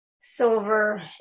silver